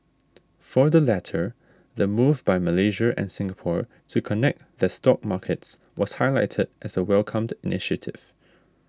for the latter the move by Malaysia and Singapore to connect their stock markets was highlighted as a welcomed initiative